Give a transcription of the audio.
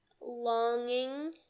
longing